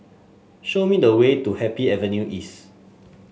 show me the way to Happy Avenue East